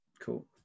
Cool